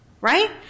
Right